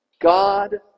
God